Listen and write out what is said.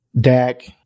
Dak